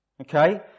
Okay